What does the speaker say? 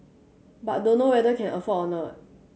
but dunno whether can afford or not